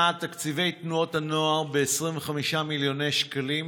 תקציבי תנועות הנוער ב-25 מיליוני שקלים,